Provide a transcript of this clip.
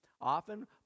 often